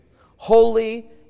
holy